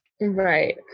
Right